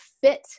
fit